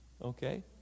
okay